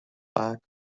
lag